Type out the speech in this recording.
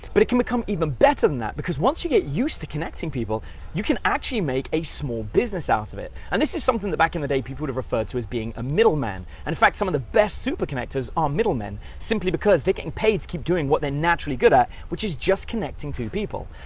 but it can become even better than that, because once you get used to connecting people, you can actually make a small business out of it, and this is something that back in the day people would have referred to as being a middleman, and in fact, some of the best super connectors, are middlemen, simply because they're gettin' paid to keep doing what they're naturally good at, which is just connecting two people,